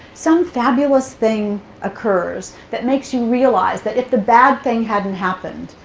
some fabulous thing occurs that makes you realize that if the bad thing hadn't happened,